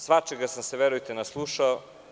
Svačega sam se, verujte, naslušao.